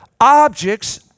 objects